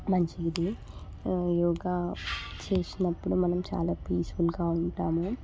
మంచిది యోగా చేసినప్పుడు మనం చాలా పీస్ఫుల్గా ఉంటాము